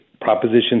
proposition